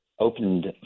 opened